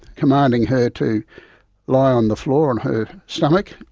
commanding her to lie on the floor on her stomach.